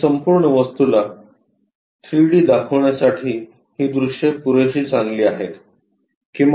या संपूर्ण वस्तूला 3 डी दाखवण्यासाठी ही दृश्ये पुरेशी चांगली आहेत